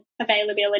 availability